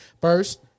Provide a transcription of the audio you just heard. first